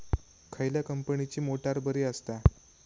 खयल्या कंपनीची मोटार बरी असता?